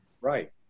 Right